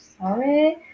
sorry